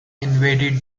invaded